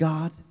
God